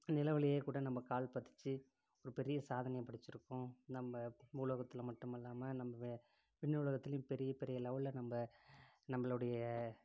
நிலவுலேயே கூட நம்ம கால் பதிச்சி ஒரு பெரிய சாதனையை படைச்சுருக்கோம் நம்ம பூலோகத்தில் மட்டுமல்லாமல் நம்ம விண்ணுலகத்துலேயும் பெரிய பெரிய லெவெலில் நம்ம நம்மளுடைய